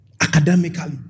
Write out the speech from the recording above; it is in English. Academically